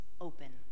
open